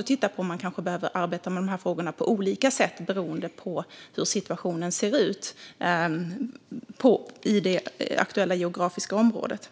får titta på om man kanske behöver arbeta med dessa frågor på olika sätt beroende på hur situationen ser ut i det aktuella geografiska området.